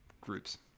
groups